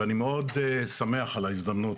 ואני מאוד שמחה על ההזדמנות